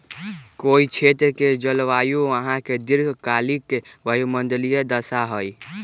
कोई क्षेत्र के जलवायु वहां के दीर्घकालिक वायुमंडलीय दशा हई